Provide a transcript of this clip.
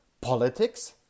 politics